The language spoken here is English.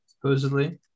supposedly